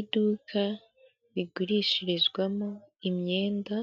Iduka rigurishirizwamo imyenda